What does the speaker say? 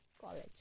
college